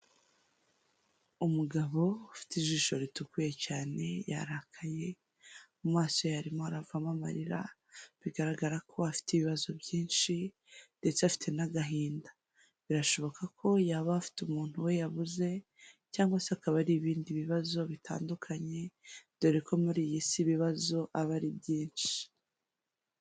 Umugabo ufite ijisho ritukuye cyane yarakaye, mu maso ye harikuvamo amarira bigaragara ko afite ibibazo byinshi ndetse afite n'agahinda, birashoboka ko yaba afite umuntu uwo yabuze cyangwa se akaba ari ibindi bibazo bitandukanye dore ko muri iyi isi ibibazo biba ari byinshi.